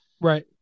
Right